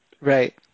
right